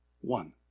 one